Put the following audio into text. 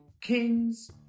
kings